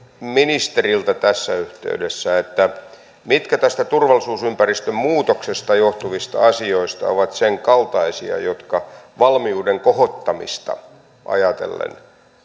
ministeriltä tässä yhteydessä mitkä tästä turvallisuusympäristön muutoksesta johtuvista asioista ovat sen kaltaisia jotka valmiuden kohottamista ajatellen